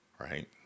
right